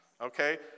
Okay